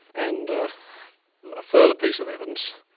and a further piece of evidence,